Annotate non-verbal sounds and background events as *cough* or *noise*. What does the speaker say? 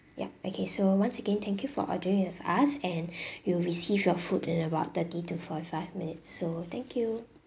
yup okay so once again thank you for ordering with us and *breath* you'll receive your food in about thirty to forty five minutes so thank you